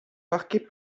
marqués